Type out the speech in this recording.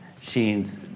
Sheen's